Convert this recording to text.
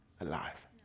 alive